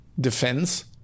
defense